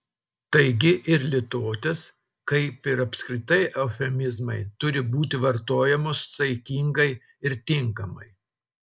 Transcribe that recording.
taigi ir litotės kaip ir apskritai eufemizmai turi būti vartojamos saikingai ir tinkamai